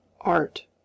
art